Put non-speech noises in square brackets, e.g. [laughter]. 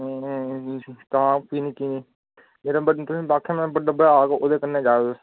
[unintelligible] तां भी जेह्ड़े बक्ख न बड्डे भ्राऽ ओह्दे कन्नै जाएओ